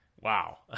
Wow